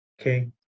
Okay